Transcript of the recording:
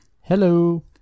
Hello